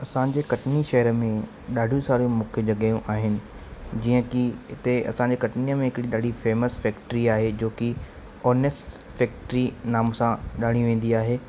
असांजे कटनी शहर में ॾाढियूं सारियूं मुख्य जॻहियूं आहिनि जीअं कि हिते असांजे कटनीअ में हिकिड़ी ॾाढी फेमस फैक्ट्री आहे जो कि ओनिस फैक्ट्री नाम सां ॼाणी वेंदी आहे